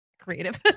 creative